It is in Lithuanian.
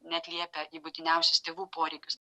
neatliepia į būtiniausius tėvų poreikius